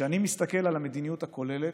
כשאני מסתכל על המדיניות הכוללת,